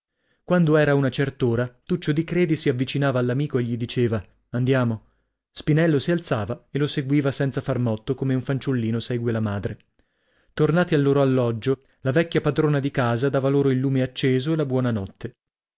quando era una cert'ora tuccio di credi si avvicinava all'amico e gli diceva andiamo spinello si alzava e lo seguiva senza far motto come un fanciullino segue la madre tornati al loro alloggio la vecchia padrona di casa dava loro il lume acceso e la